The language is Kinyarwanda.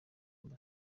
amb